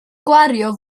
gwario